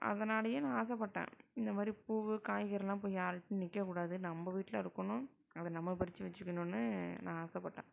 அதனாலேயே நான் ஆசைப்பட்டேன் இந்தமாதிரி பூ காய்கறியெலாம் போய் யாருகிட்டையும் நிற்கக்கூடாது நம்ப வீட்டில் இருக்கணும் அதை நம்ம பறிச்சு வச்சுக்கணுன்னு நான் ஆசைப்பட்டேன்